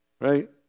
Right